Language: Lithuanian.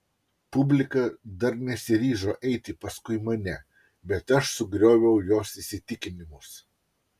publika dar nesiryžo eiti paskui mane bet aš sugrioviau jos įsitikinimus